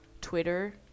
twitter